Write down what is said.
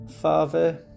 father